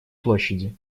площади